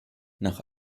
nach